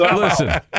Listen